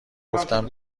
گفتم